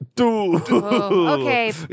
Okay